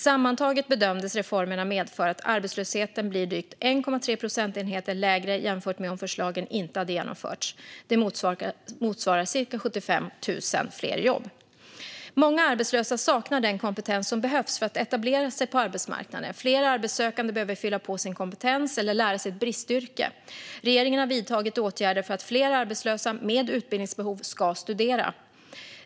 Sammantaget bedömdes reformerna medföra att arbetslösheten blir drygt 1,3 procentenheter lägre jämfört med om förslagen inte hade genomförts. Det motsvarar cirka 75 000 fler jobb. Många arbetslösa saknar den kompetens som behövs för att etablera sig på arbetsmarknaden. Fler arbetssökande behöver fylla på sin kompetens eller lära sig ett bristyrke. Regeringen har vidtagit åtgärder för att fler arbetslösa med utbildningsbehov ska studera.